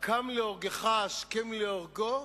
"הקם להורגך השכם להורגו",